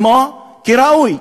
כמו טיראווי,